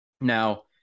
Now